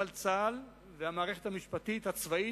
אבל צה"ל והמערכת המשפטית הצבאית,